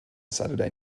saturday